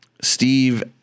Steve